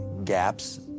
gaps